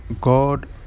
God